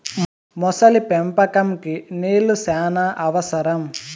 మొసలి పెంపకంకి నీళ్లు శ్యానా అవసరం